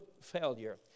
failure